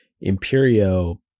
Imperio